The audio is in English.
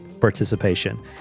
participation